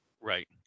right